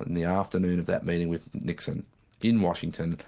on the afternoon of that meeting with nixon in washington,